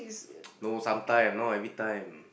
no sometime not everytime